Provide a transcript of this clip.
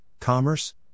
Commerce